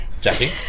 Jackie